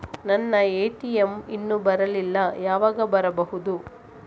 ನನ್ನ ಎ.ಟಿ.ಎಂ ಇನ್ನು ಬರಲಿಲ್ಲ, ಯಾವಾಗ ಬರಬಹುದು?